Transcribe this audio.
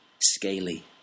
Scaly